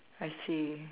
I see